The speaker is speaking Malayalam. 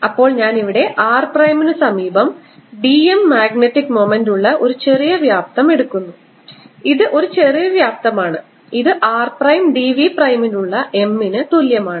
അപ്പോൾ ഞാൻ ഇവിടെ r പ്രൈമിനു സമീപം d m മാഗ്നറ്റിക് മൊമെന്റ് ഉള്ള ഒരു ചെറിയ വ്യാപ്തം എടുക്കുന്നു ഇത് ഒരു ചെറിയ വ്യാപ്തമാണ് ഇത് r പ്രൈം d v പ്രൈമിലുള്ള M ന് തുല്യമാണ്